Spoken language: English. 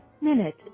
minute